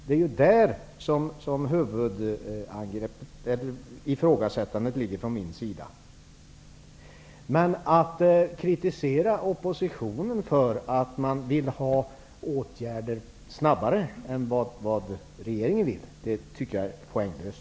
Det är ju de områdena som det huvudsakliga ifrågasättandet från min sida gäller. Att kritisera oppositionen för att den vill ha snabbare åtgärder än vad regeringen vill tycker jag är poänglöst.